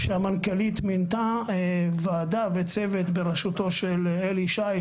במקביל המנכ"לית מינתה ועדה וצוות בראשותו של אלי שיש,